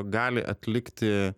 gali atlikti